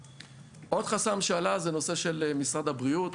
עוד חסם שעלה הוא הנושא של משרד הבריאות.